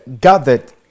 gathered